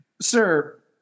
Sir